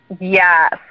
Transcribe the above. Yes